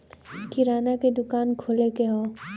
किराना के दुकान खोले के हौ